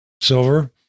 silver